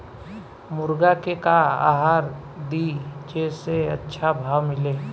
मुर्गा के का आहार दी जे से अच्छा भाव मिले?